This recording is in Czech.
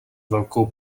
velkou